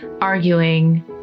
arguing